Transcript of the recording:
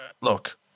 look